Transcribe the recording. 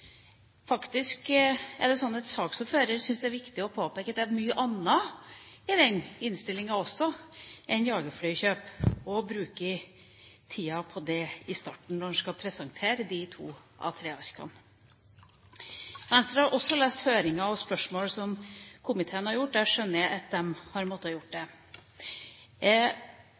Faktisk er det slik at saksordføreren synes at det er viktig å påpeke at det også er mye annet som er omtalt i innstillinga og ikke bare jagerflykjøp, og brukte tida på det i starten da han skulle presentere de to A3-arkene. Venstre har også lest høringa, og spørsmålene som komiteen har stilt. Jeg skjønner at de har måttet gjøre det.